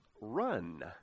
run